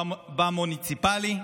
במוניציפלי,